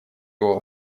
его